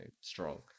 strong